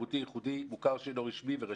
תרבותי-ייחודי, מוכר שאינו רשמי ורשתות.